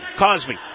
Cosby